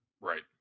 Right